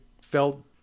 felt